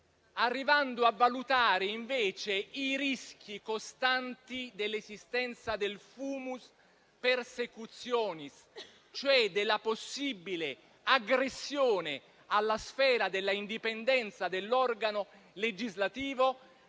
arrivando a valutare invece i rischi costanti dell'esistenza del *fumus persecutionis*. Mi riferisco alla possibile aggressione alla sfera dell'indipendenza dell'organo legislativo